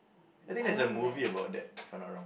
I think that's a movie about that if I'm not wrong